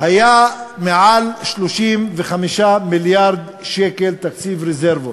היו יותר מ-35 מיליארד שקל בתקציב רזרבות,